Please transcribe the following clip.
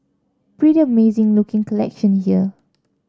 pretty amazing looking collection here